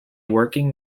working